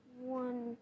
One